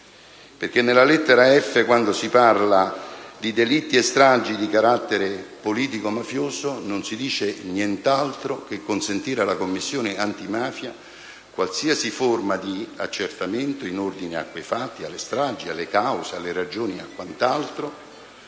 Infatti alla lettera *f)*, quando si parla di delitti e stragi di carattere politico-mafioso, non si fa altro che consentire alla Commissione antimafia qualsiasi forma di accertamento in ordine a quei fatti, alle stragi, alle cause, alle ragioni e a quant'altro,